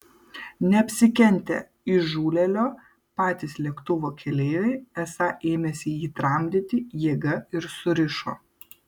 neapsikentę įžūlėlio patys lėktuvo keleiviai esą ėmėsi jį tramdyti jėga ir surišo